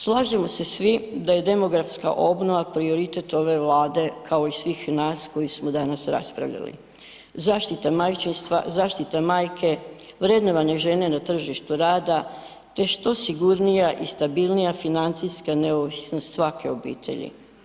Slažemo se svi da je demografska obnova prioritet ove Vlade kao i svih nas koji smo danas raspravljali, zaštita majčinstva, zaštita majke, vrednovanje žene na tržištu rada te što sigurnija i stabilnija financijska neovisnost svake obitelji.